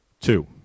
two